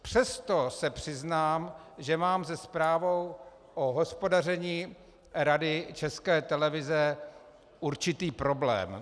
Přesto se přiznám, že mám se zprávou o hospodaření Rady České televize určitý problém.